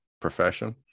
profession